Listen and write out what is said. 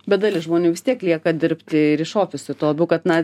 bet dalis žmonių vis tiek lieka dirbti ir iš ofisų tuo labiau kad na